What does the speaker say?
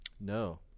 No